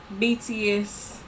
BTS